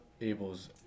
Abel's